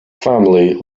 family